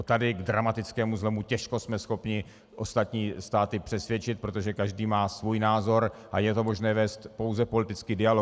Tady k dramatickému zlomu těžko jsme schopni ostatní státy přesvědčit, protože každý má svůj názor a je pouze možné o tom vést politický dialog.